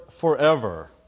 forever